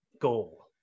goal